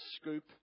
scoop